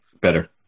Better